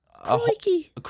Crikey